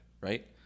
right